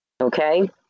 okay